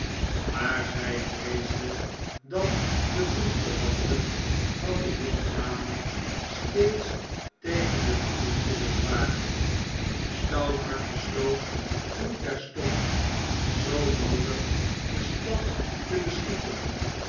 maar zy vreesde dat de bloedverwanten van de jonge dame steeds tegen de verbintenis waren stouthart besloot toen terstond zoo noodig de stad te beschieten